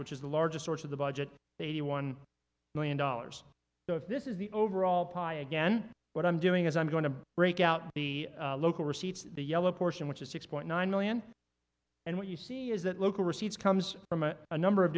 which is the largest source of the budget eighty one million dollars so if this is the overall pie again what i'm doing is i'm going to break out the local receipts the yellow portion which is six point nine million and what you see is that local receipts comes from a number of